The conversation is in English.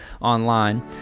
online